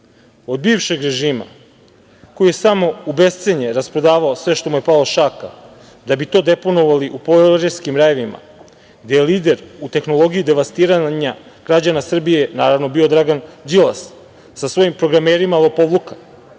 od bivšeg režima koji je u bescenje rasprodavao sve što mu je palo pod šake, da bi to deponovali u poreskim rajevima, gde je lider u tehnologiji devastiranja građana Srbije, naravno bio Dragan Đilas, sa svojim programerima lopovluka,